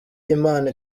imana